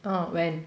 orh when